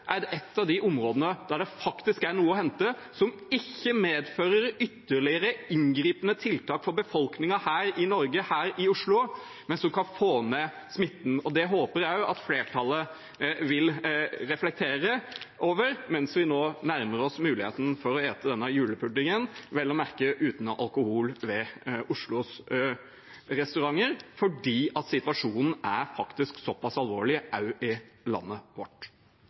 et av de områdene der det faktisk er noe å hente som ikke medfører ytterligere inngripende tiltak for befolkningen her i Norge og her i Oslo, men som kan få ned smitten. Det håper jeg flertallet vil reflektere over mens vi nå nærmer oss muligheten for å ete denne julepuddingen, vel å merke uten alkohol ved Oslos restauranter fordi situasjonen faktisk er såpass alvorlig også i landet vårt.